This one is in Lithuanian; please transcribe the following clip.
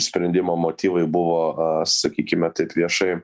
sprendimo motyvai buvo sakykime taip viešai